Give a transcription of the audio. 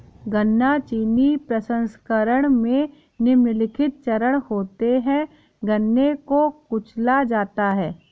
गन्ना चीनी प्रसंस्करण में निम्नलिखित चरण होते है गन्ने को कुचला जाता है